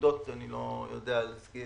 ואני לא יודע להגיד